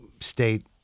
state